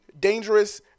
dangerous